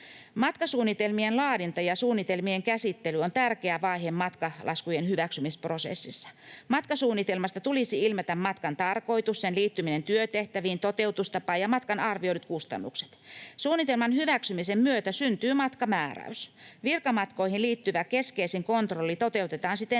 Matkasuunnitelmien laadinta ja suunnitelmien käsittely on tärkeä vaihe matkalaskujen hyväksymisprosessissa. Matkasuunnitelmasta tulisi ilmetä matkan tarkoitus, sen liittyminen työtehtäviin, toteutustapa ja matkan arvioidut kustannukset. Suunnitelman hyväksymisen myötä syntyy matkamääräys. Virkamatkoihin liittyvä keskeisin kontrolli toteutetaan siten